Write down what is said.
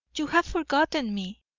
you have forgotten me.